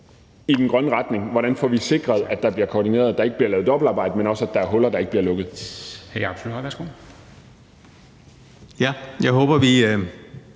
i den grønne retning, og hvordan vi får sikret, at der bliver koordineret, at der ikke bliver lavet dobbeltarbejde, men også at der ikke er huller, der ikke bliver lukket. Kl. 11:19 Formanden